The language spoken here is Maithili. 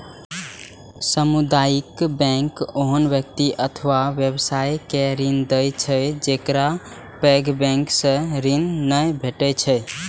सामुदायिक बैंक ओहन व्यक्ति अथवा व्यवसाय के ऋण दै छै, जेकरा पैघ बैंक सं ऋण नै भेटै छै